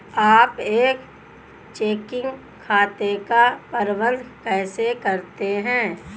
आप एक चेकिंग खाते का प्रबंधन कैसे करते हैं?